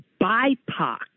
BIPOC